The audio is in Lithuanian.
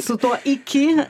su tuo iki